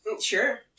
Sure